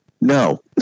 No